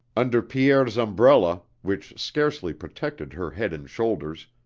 under pierre's umbrella, which scarcely protected her head and shoulders,